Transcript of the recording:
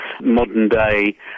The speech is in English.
modern-day